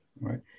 right